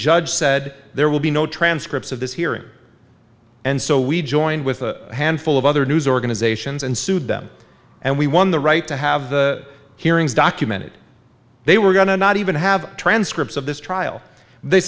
judge said there will be no transcripts of this hearing and so we joined with a handful of other news organizations and sued them and we won the right to have the hearings documented they were going to not even have transcripts of this trial they